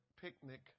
picnic